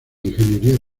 ingeniería